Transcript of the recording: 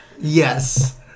Yes